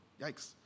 yikes